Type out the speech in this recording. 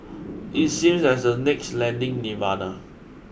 it seems as a next lending nirvana